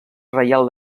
reial